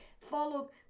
follow